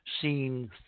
seen